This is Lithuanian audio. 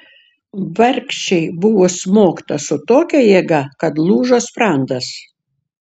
vargšei buvo smogta su tokia jėga kad lūžo sprandas